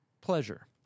Pleasure